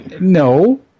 no